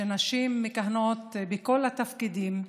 שנשים מכהנות בכל התפקידים,